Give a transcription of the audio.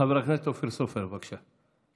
חבר הכנסת אופיר סופר, בבקשה.